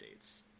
updates